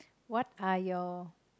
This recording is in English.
what are your